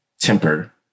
temper